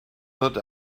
not